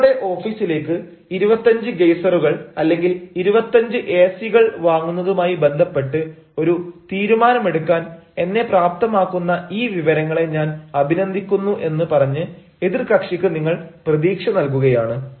ഞങ്ങളുടെ ഓഫീസിലേക്ക് 25 ഗെയ്സറുകൾ അല്ലെങ്കിൽ 25 എസികൾ വാങ്ങുന്നതുമായി ബന്ധപ്പെട്ട് ഒരു തീരുമാനമെടുക്കാൻ എന്നെ പ്രാപ്തമാക്കുന്ന ഈ വിവരങ്ങളെ ഞാൻ അഭിനന്ദിക്കുന്നു എന്ന് പറഞ്ഞ് എതിർകക്ഷിക്ക് നിങ്ങൾ പ്രതീക്ഷ നൽകുകയാണ്